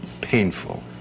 painful